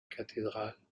cathédrale